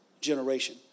generation